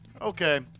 okay